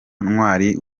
ntwari